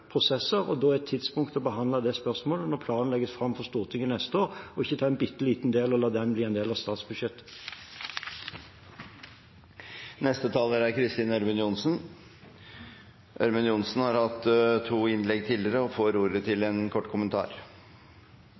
prosesser, og da er tidspunktet å behandle det spørsmålet når planen legges fram for Stortinget til neste år, og ikke ta en bitte liten del og la den bli en del av statsbudsjettet. Representanten Kristin Ørmen Johnsen har hatt ordet to ganger tidligere i debatten og får ordet til en kort